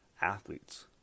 athletes